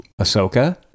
Ahsoka